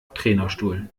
trainerstuhl